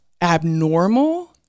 abnormal